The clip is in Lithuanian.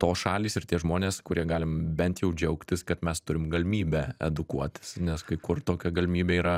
tos šalys ir tie žmonės kurie galim bent jau džiaugtis kad mes turim galimybę edukuotis nes kai kur tokia galimybė yra